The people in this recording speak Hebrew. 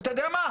אתה יודע מה?